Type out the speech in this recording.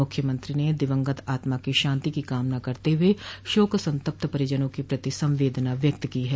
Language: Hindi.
मुख्यमंत्री ने दिवंगत आत्मा की शान्ति की कामना करते हुए शोक संतप्त परिजनों के प्रति संवेदना व्यक्त की है